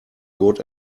good